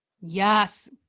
Yes